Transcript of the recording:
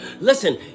listen